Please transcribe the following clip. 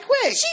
quick